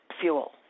fuel